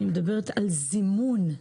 אני מדברת על זימון,